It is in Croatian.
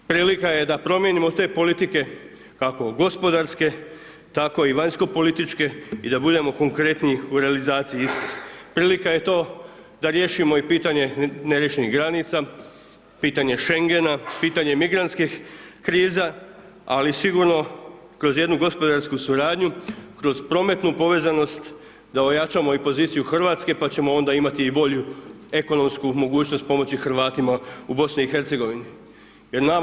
Prilika je da promijenimo te politike kako gospodarske, tako i vanjsko-političke i da budemo konkretniji u realizaciji istih, Prilika je to da riješimo i pitanje neriješenih granica, pitanje Schengena, pitanje migrantskih kriza, ali sigurno kroz jednu gospodarsku suradnju, kroz prometnu povezanost da ojačamo i poziciju Hrvatske pa ćemo onda imati i bolju ekonomsku mogućnost pomoći Hrvatima u Bosni i Hercegovini.